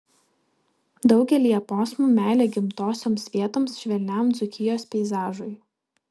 daugelyje posmų meilė gimtosioms vietoms švelniam dzūkijos peizažui